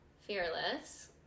fearless